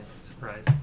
surprise